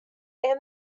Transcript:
and